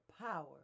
power